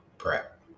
Prep